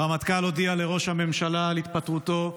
הרמטכ"ל הודיע לראש הממשלה על התפטרותו.